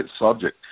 subject